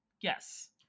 Yes